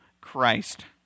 Christ